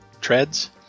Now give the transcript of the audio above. treads